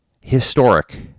historic